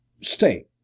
Stay